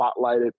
spotlighted